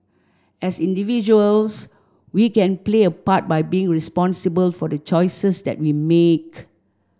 as individuals we can play a part by being responsible for the choices that we make